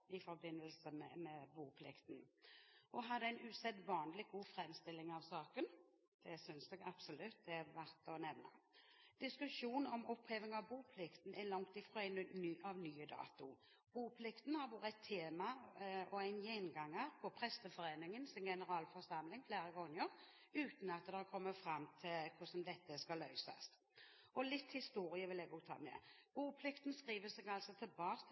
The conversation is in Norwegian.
i forbindelse med saken om oppheving av boplikten. Han hadde en usedvanlig god framstilling av saken. Det synes jeg absolutt er verdt å nevne. Diskusjonen om oppheving av boplikten er langt fra av ny dato. Boplikten har vært et tema og en gjenganger på Presteforeningens generalforsamling flere ganger, uten at man har kommet fram til hvordan dette skal løses. Litt historie vil jeg også ta med: Boplikten skriver seg altså tilbake til